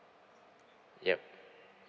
yup